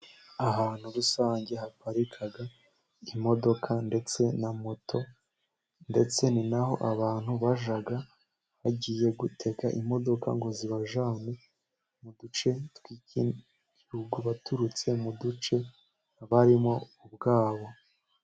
Ahantu rusange haparika imodoka ndetse na moto ,ndetse ni na ho abantu bajya bagiye gutega imodoka ngo zibajyane mu duce tw'igihugu, baturutse mu duce barimo ubwabo.